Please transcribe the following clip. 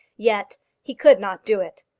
yet he could not do it.